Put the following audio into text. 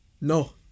no